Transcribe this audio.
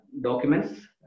documents